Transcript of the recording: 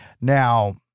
Now